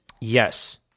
Yes